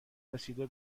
رسیده